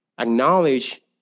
acknowledge